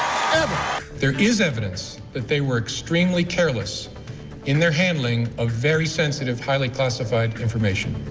there is evidence that they were extreme like careless in their handling of very sensitive, highly classified information.